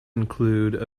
included